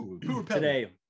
today